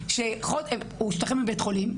הוא השתחרר מבית החולים.